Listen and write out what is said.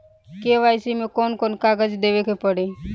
KYC मे कौन कौन कागज देवे के पड़ी?